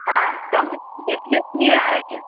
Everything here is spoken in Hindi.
हाँ कम से कम देखने के लिए तो आए